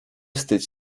wstydź